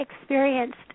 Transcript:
experienced